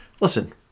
listen